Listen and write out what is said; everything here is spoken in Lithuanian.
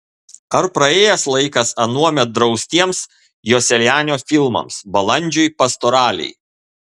ar praėjęs laikas anuomet draustiems joselianio filmams balandžiui pastoralei